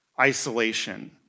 isolation